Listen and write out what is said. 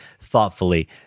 thoughtfully